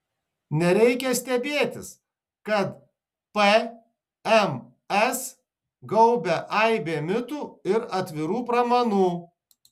nereikia stebėtis kad pms gaubia aibė mitų ir atvirų pramanų